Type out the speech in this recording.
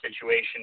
situation